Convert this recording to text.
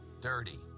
dirty